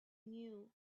knew